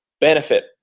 benefit